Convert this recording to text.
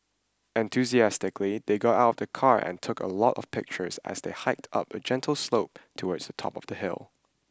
enthusiastically they got out of the car and took a lot of pictures as they hiked up a gentle slope towards the top of the hill